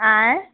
आयँ